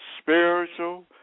Spiritual